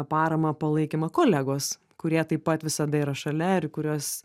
paramą palaikymą kolegos kurie taip pat visada yra šalia ir į kurios